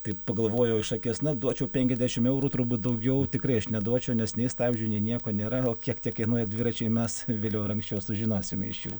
tai pagalvojau iš akies na duočiau penkiasdešim eurų turbūt daugiau tikrai aš neduočiau nes nei stabdžių nei nieko nėra o kiek tie kainuoja dviračiai mes vėliau ar anksčiau sužinosime iš jų